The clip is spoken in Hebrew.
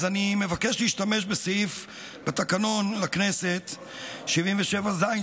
אז אני מבקש להשתמש בסעיף בתקנון הכנסת 77(ז)(3)